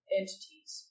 entities